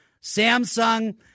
Samsung